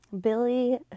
Billy